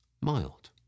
mild